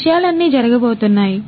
ఈ విషయాలన్నీ జరగబోతున్నాయి